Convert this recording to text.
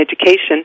education